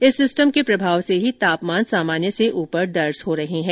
इस सिस्टम के प्रभाव से ही तापमान सामान्य से ऊपर दर्ज हो रहे हैं